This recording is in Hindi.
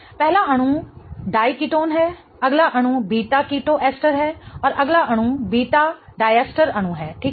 पहला अणु डएंकेटोन है अगला अणु बीटा कीटो एस्टर है और अगला अणु बीटा डायस्टर अणु है ठीक है